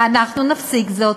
ואנחנו נפסיק זאת.